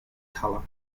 colour